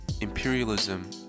imperialism